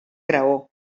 graó